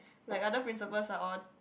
like other principals are all